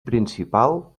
principal